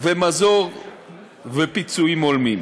ומזור ופיצויים הולמים.